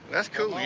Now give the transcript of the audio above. that's cool.